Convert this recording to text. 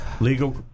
Legal